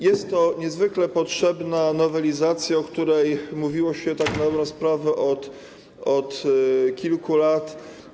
Jest to niezwykle potrzebna nowelizacja, o której mówiło się tak na dobrą sprawę od kilku lat.